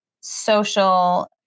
social